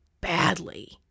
badly